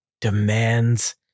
demands